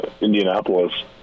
Indianapolis